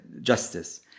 justice